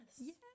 Yes